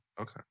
Okay